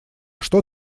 что